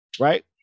right